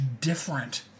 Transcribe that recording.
different